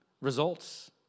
results